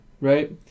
right